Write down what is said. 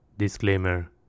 Disclaimer